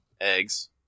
Eggs